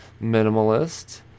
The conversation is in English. minimalist